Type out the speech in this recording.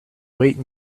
weight